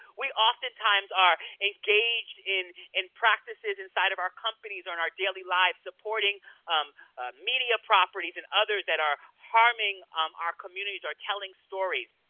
we oftentimes are engaged in and practices inside of our companies or in our daily lives supporting media properties and others that are harming um our communities, are telling stories.